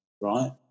right